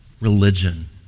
religion